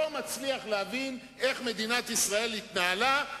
לא יתקיים דיון.